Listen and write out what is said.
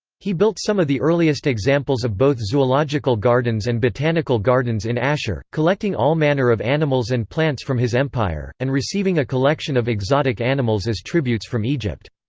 he built some of the earliest examples of both zoological gardens and botanical gardens in ashur, collecting all manner of animals and plants from his empire, and receiving a collection of exotic animals as tributes from egypt.